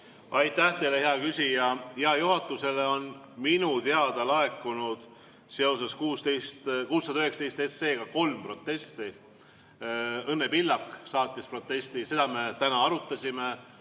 Aitäh teile, hea küsija! Jaa, juhatusele on minu teada laekunud seoses 619 SE-ga kolm protesti. Õnne Pillak saatis protesti, seda me täna arutasime